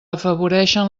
afavoreixen